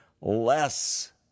less